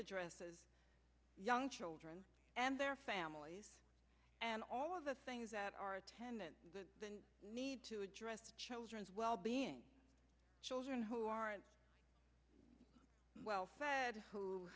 addresses young children and their families and all of the things that are attendant need to address children's wellbeing children who aren't well fed who